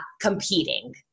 competing